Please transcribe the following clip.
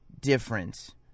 difference